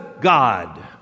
God